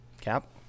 Cap